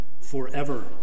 forever